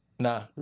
Nah